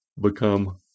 Become